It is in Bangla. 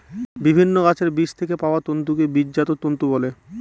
বিভিন্ন গাছের বীজ থেকে পাওয়া তন্তুকে বীজজাত তন্তু বলে